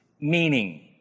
meaning